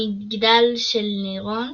המגדל של נירון